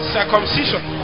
Circumcision